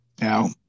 now